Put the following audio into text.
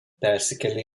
persikėlė